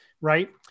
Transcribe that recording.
right